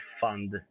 fund